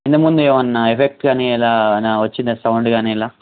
నిన్న మొన్న ఏమన్న ఎఫెక్ట్ కానీ ఇలా ఏమన్న వచ్చిందా సౌండ్ కానీ ఇలా